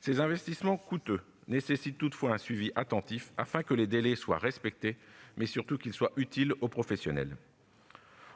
Ces investissements coûteux nécessitent toutefois un suivi attentif, afin que les délais soient respectés, mais surtout qu'ils soient utiles aux professionnels.